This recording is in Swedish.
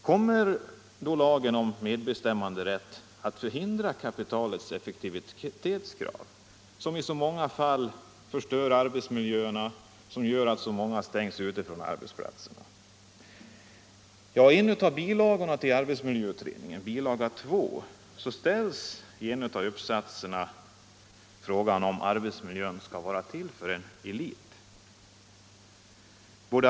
Kommer då lagen om medbestämmanderätt att förhindra kapitalets effektivitetskrav, som i så många fall rör arbetsmiljöerna och som gör att så många stängs ute från arbetsplatserna? Ja, i en av bilagorna till arbetsmiljöutredningen, bil. 2, ställs i en av uppsatserna frågan om arbetsmiljön skall vara till för en elit.